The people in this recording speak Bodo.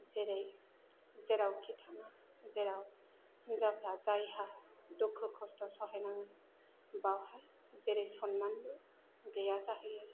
जेरै जेरावखि थाङा जेराव हिन्जावफ्रा जायहा दुखु खस्थ' सहायनाङो बावहाय जेरै सनमानबो गैया जाहैयो